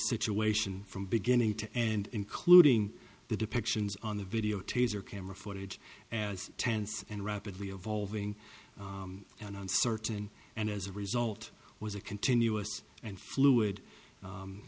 situation from beginning to and including the depictions on the videotape or camera footage as tense and rapidly evolving and uncertain and as a result was a continuous and fluid